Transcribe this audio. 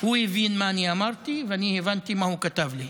הוא הבין מה אני אמרתי, ואני הבנתי מה הוא כתב לי.